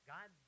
God